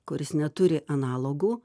kuris neturi analogų